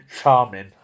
Charming